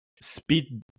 speed